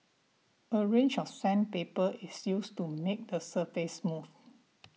a range of sandpaper is used to make the surface smooth